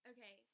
Okay